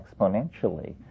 exponentially